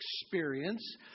experience